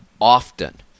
often